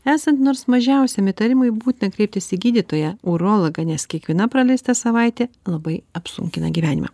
esant nors mažiausiam įtarimui būtina kreiptis į gydytoją urologą nes kiekviena praleista savaitė labai apsunkina gyvenimą